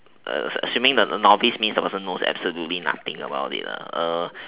assuming the novice means the person knows absolutely nothing about it